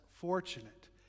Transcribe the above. Fortunate